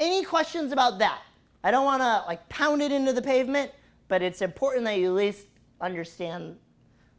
any questions about that i don't wanna like pounded into the pavement but it's important that you least understand